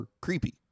creepy